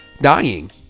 dying